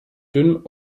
dünn